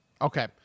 Okay